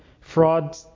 fraud